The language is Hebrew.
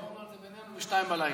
דיברנו על זה בינינו ב-02:00.